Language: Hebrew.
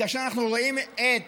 כאשר אנחנו רואים את